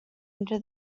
into